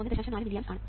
4 milliamps ആണ്